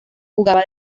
jugaba